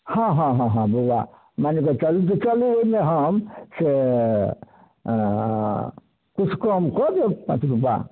हँ हँ हँ हँ बौआ मानिके चलू जे चलू ओहिमे हम से किछु कम कऽ देब पाॅंच रूपा